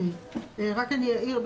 רק אני אעיר,